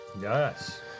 yes